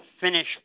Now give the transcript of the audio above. finish